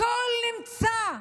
הכול נמצא וקיים,